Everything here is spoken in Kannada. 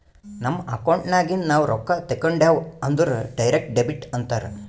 ನಮ್ ಅಕೌಂಟ್ ನಾಗಿಂದ್ ನಾವು ರೊಕ್ಕಾ ತೇಕೊಂಡ್ಯಾವ್ ಅಂದುರ್ ಡೈರೆಕ್ಟ್ ಡೆಬಿಟ್ ಅಂತಾರ್